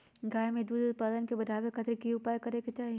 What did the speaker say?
गाय में दूध उत्पादन के बढ़ावे खातिर की उपाय करें कि चाही?